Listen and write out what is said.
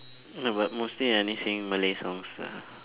no but mostly I only sing malay songs ah